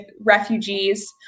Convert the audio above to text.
refugees